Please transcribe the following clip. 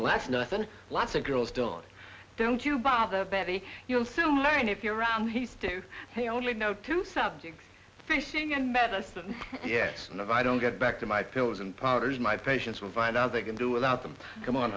last night and lots of girls still don't you bother betty you'll soon learn if you're around he's to they only know two subjects fishing and medicine yes and if i don't get back to my pills and powders my patients will find out they can do without them come on